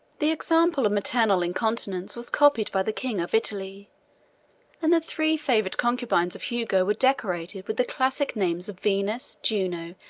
the example of maternal incontinence was copied by the king of italy and the three favorite concubines of hugo were decorated with the classic names of venus, juno,